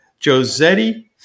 Josetti